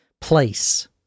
place